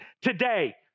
today